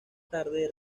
tarde